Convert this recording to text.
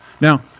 Now